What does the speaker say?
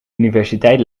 universiteit